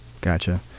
Gotcha